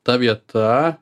ta vieta